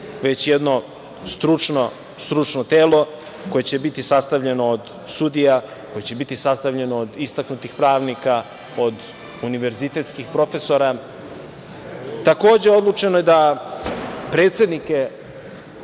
već jedno stručno telo koje će biti sastavljeno od sudija, koje će biti sastavljeno od istaknutih pravnika, od univerzitetskih profesora. Takođe, odlučeno je da predsednike